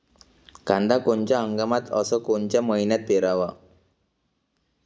कांद्या कोनच्या हंगामात अस कोनच्या मईन्यात पेरावं?